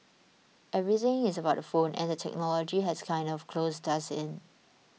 everything is about the phone and the technology has kind of closed us in